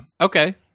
Okay